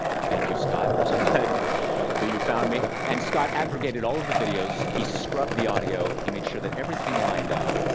thank you, scott. i'm so glad that you found me. and scott aggregated all of the videos. he scrubbed the audio. he made sure that everything lined up.